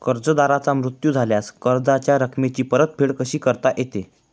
कर्जदाराचा मृत्यू झाल्यास कर्जाच्या रकमेची परतफेड कशी करता येते?